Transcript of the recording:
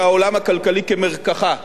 כשהעולם הכלכלי כמרקחה: